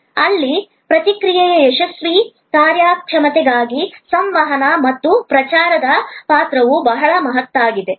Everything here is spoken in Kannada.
ಇಲ್ಲಿ ಪ್ರಕ್ರಿಯೆಯ ಯಶಸ್ವಿ ಕಾರ್ಯಕ್ಷಮತೆಗಾಗಿ ಸಂವಹನ ಮತ್ತು ಪ್ರಚಾರದ ಪಾತ್ರವು ಬಹಳ ಮಹತ್ವದ್ದಾಗಿದೆ